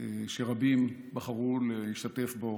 שרבים בחרו להשתתף בו